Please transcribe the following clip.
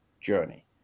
journey